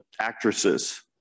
actresses